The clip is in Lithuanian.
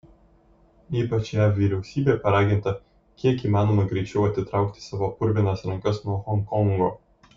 ypač jav vyriausybė paraginta kiek įmanoma greičiau atitraukti savo purvinas rankas nuo honkongo